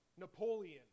Napoleon